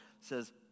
says